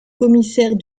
commissaires